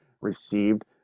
received